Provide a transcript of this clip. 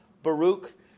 Baruch